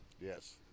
Yes